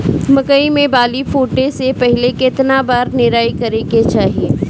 मकई मे बाली फूटे से पहिले केतना बार निराई करे के चाही?